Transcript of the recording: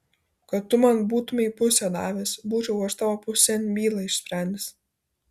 kad tu man būtumei pusę davęs būčiau aš tavo pusėn bylą išsprendęs